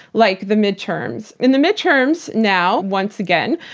like the midterms. in the midterms now, once again,